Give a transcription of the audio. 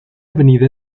avenida